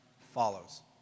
follows